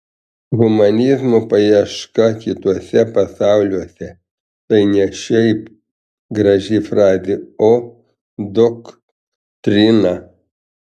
humanizmo paieška kituose pasauliuose tai ne šiaip graži frazė o doktrina